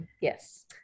Yes